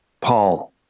Paul